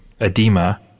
edema